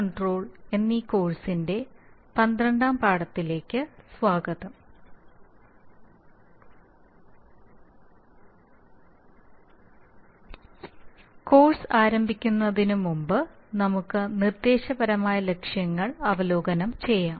കാണുക കോഴ്സ് ആരംഭിക്കുന്നതിന് മുമ്പ് നമുക്ക് നിർദ്ദേശപരമായ ലക്ഷ്യങ്ങൾ അവലോകനം ചെയ്യാം